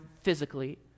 physically